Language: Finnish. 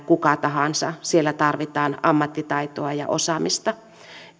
kuka tahansa siellä tarvitaan ammattitaitoa ja osaamista